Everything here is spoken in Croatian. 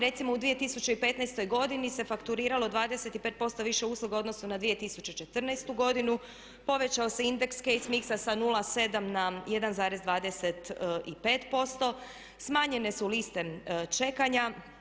Recimo u 2015. godini se fakturiralo 25% više usluga u odnosu na 2014. godinu, povećao se indeks … [[Govornica se ne razumije.]] sa 0,7 na 1,25%, smanjene su liste čekanja.